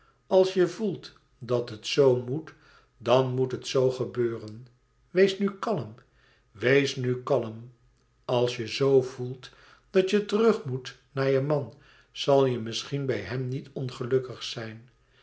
als je voelt dat het zoo moet dan moet het zoo gebeuren wees nu kalm wees nu kalm als je zo voelt dat je terug moet naar je man zal je misschien bij hem niet ongelukkig zijn